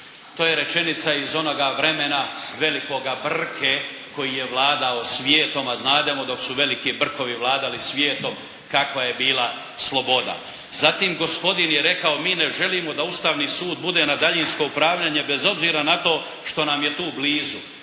To je rečenica iz onoga vremena velikoga brke koji je vladao svijetom, a znademo dok su veliki brkovi vladali svijetom kakva je bila sloboda. Zatim, gospodin je rekao mi ne želimo da Ustavni sud bude na daljinsko upravljanje, bez obzira na to što nam je tu blizu.